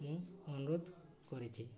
ମୁଁ ଅନୁରୋଧ କରିଛି